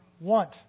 want